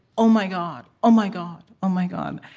oh, my god. oh, my god. oh, my god.